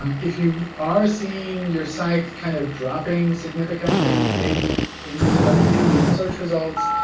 um if you are seeing your site kind of dropping significantly in in visibility and the search results,